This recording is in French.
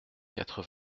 quatre